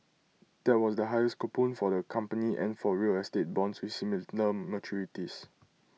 that was the highest coupon for the company and for real estate bonds with similar maturities